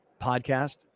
podcast